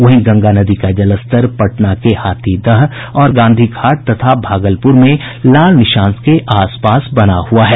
वहीं गंगा नदी का जलस्तर पटना के हाथीदह और गांधी घाट तथा भागलपुर में लाल निशान के आस पास बना हुआ है